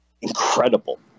incredible